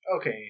Okay